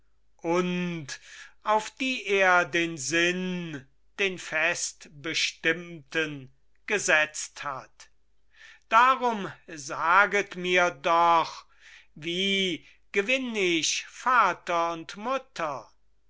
und auf die er den sinn den fest bestimmten gesetzt hat darum saget mir doch wie gewinn ich vater und mutter